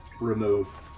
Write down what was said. remove